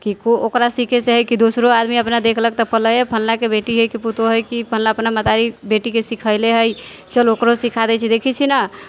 ओ ओकरा सीखयसँ हइ कि दोसरो आदमी अपना देखलक तऽ कहलक ए फलनाके बेटी हइ कि पुतोहू हइ फलना अपना महतारी बेटीके सीखैले हइ चलो ओकरो सीखा दैत छी देखैत छी ने